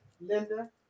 Linda